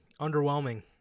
underwhelming